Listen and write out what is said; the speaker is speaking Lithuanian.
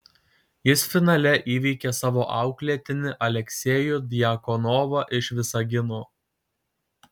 jis finale įveikė savo auklėtinį aleksejų djakonovą iš visagino